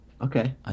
Okay